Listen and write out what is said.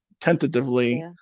tentatively